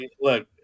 Look